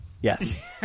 Yes